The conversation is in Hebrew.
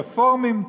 רפורמים,